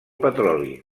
petroli